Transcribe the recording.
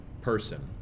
person